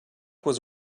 was